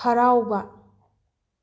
ꯍꯔꯥꯎꯕ